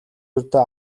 ердөө